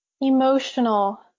emotional